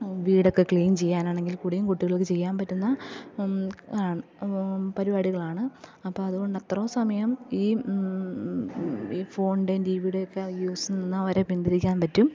വീടൊക്കെ ക്ലീൻ ചെയ്യാനാണെങ്കിൽ കൂടിയും കുട്ടികൾക്ക് ചെയ്യാൻ പറ്റുന്ന പരിപാടികളാണ് അപ്പം അതുകൊണ്ട് അത്രോം സമയം ഈ ഈ ഫോണിൻ്റെയും ടി വിയുടെ ഒക്കെ യൂസ് ചെയ്യുന്ന അവരെ പിന്തിരിക്കാൻ പറ്റും